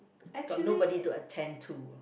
got nobody to attend to